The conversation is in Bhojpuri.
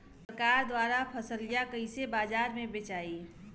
सरकार द्वारा फसलिया कईसे बाजार में बेचाई?